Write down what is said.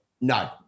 no